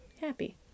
happy